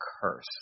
curse